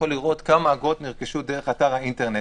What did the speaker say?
אגרות נרכשו דרך אתר האינטרנט.